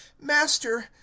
MASTER